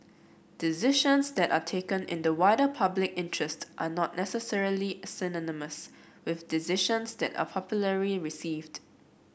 decisions that are taken in the wider public interest are not necessarily synonymous with decisions that are popularly received